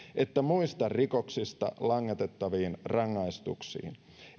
että muista rikoksista langetettaviin rangaistuksiin